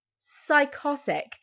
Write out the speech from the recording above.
psychotic